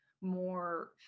more